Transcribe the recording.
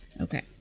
Okay